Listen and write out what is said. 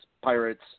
Pirates